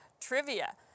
Trivia